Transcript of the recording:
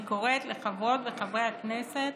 אני קוראת לחברות וחברי הכנסת